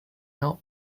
help